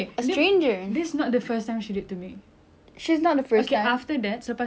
okay after that selepas itu dia buat lagi and lepas tu dia buat publicly